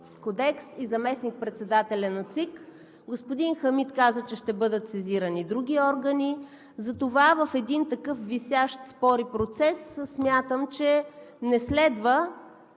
кодекс и заместник-председателя на ЦИК, господин Хамид каза, че ще бъдат сезирани други органи, затова в един такъв висящ спор и процес, смятам, че не следва